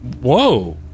Whoa